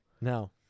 No